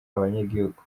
abanyagihugu